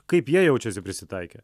kaip jie jaučiasi prisitaikė